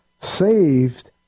saved